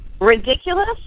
Ridiculous